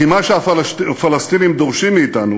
כי מה שהפלסטינים דורשים מאתנו